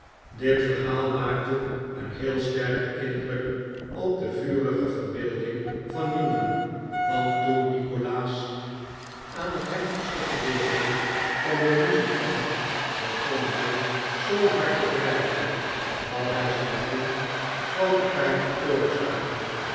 dit verhaal maakte een heel sterken indruk op de vurige verbeelding van newman want toen nikolaas aan het heftigste gedeelte van de ruzie kwam begon hij zoo hard te wrijven dat hij zijn vriend groote pijn veroorzaakte